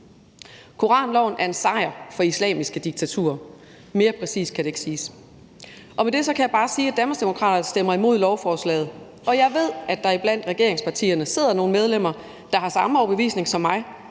Koranloven er en sejr for islamiske diktaturer. Mere præcist kan det ikke siges. Med det kan jeg bare sige, at Danmarksdemokraterne stemmer imod lovforslaget. Jeg ved, at der i regeringspartierne sidder nogle medlemmer, der har samme overbevisning som mig,